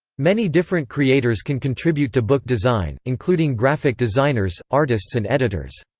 many different creators can contribute to book design, including graphic designers, artists and editors.